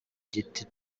giti